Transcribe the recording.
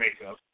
makeup